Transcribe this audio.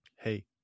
hey